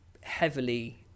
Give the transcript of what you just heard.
heavily